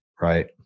Right